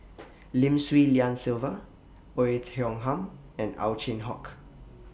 Lim Swee Lian Sylvia Oei Tiong Ham and Ow Chin Hock